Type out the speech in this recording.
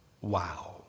Wow